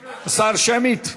השר, שמית?